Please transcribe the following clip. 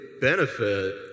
benefit